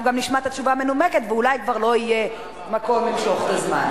אנחנו גם נשמע את התשובה המנומקת ואולי כבר לא יהיה מקום למשוך את הזמן.